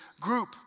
group